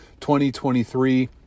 2023